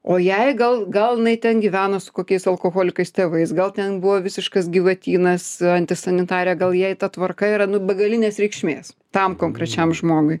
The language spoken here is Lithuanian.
o jai gal gal jinai ten gyvena su kokiais alkoholikais tėvais gal ten buvo visiškas gyvatynas antisanitarė gal jai ta tvarka yra nu begalinės reikšmės tam konkrečiam žmogui